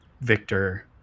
Victor